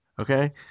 Okay